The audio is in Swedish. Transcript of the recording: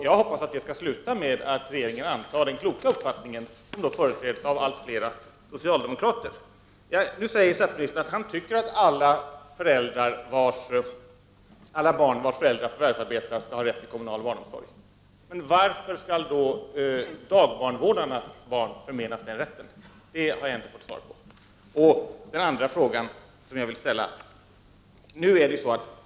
Jag hoppas att resultatet skall bli att regeringen antar den kloka uppfattning som företräds av allt fler socialdemokrater. Statsministern sade att han anser att alla barn vi äldrar förvärvsarbetar skall ha rätt till kommunal barnomsorg. Varför skall då dagbarnvårdarnas barn förmenas denna rätt? Det är en fråga som jag inte har fått svar på.